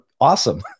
awesome